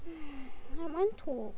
I want to